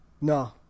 No